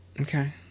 Okay